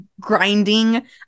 grinding